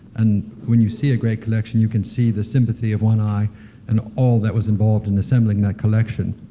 and when you see a great collection, you can see the sympathy of one eye and all that was involved in assembling that collection.